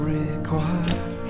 required